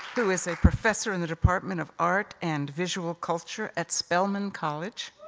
who is a professor in the department of art and visual culture at spelman college.